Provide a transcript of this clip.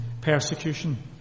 persecution